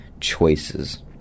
choices